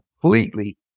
completely